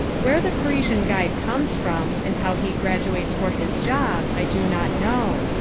where the parisian guide comes from and how he graduates for his job i do not know.